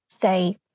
Say